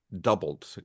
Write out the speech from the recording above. doubled